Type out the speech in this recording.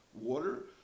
water